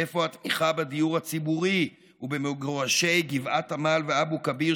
איפה התמיכה בדיור הציבורי ובמגורשי גבעת עמל ואבו כביר,